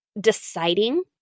deciding